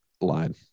line